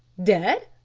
dead?